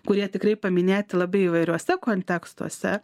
kurie tikrai paminėti labai įvairiuose kontekstuose